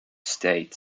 state